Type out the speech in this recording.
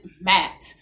matt